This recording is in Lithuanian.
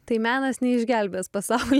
tai menas neišgelbės pasaulio